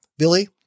Billy